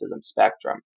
spectrum